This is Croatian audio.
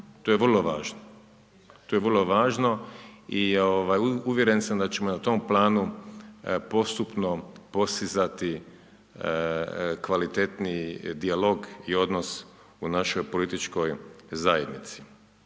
to je vrlo važno i ovaj uvjeren sam da ćemo na tom planu postupno postizati kvalitetniji dijalog i odnos u našoj političkoj zajednici.